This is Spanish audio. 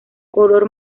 color